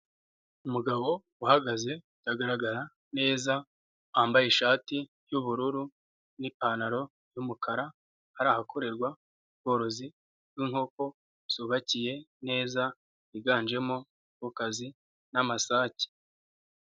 Umugabo uhagaze agaragara neza, wambaye ishati y'ubururu n'ipantaro y'umukara. Hari ahakorerwa ubworozi bw'inkoko zubakiye neza, higanjemo inkokokazi n'amasake.